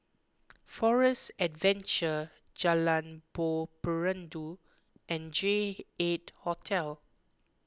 Forest Adventure Jalan Buloh Perindu and J eight Hotel